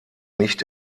nicht